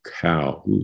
cow